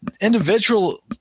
individual